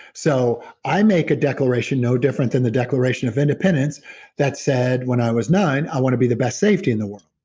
so i make a declaration no different than the declaration of independence that said, when i was nine, i wanted to be the best safety in the world.